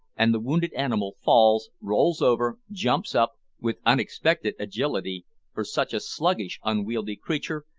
and the wounded animal falls, rolls over, jumps up, with unexpected agility for such a sluggish, unwieldy creature,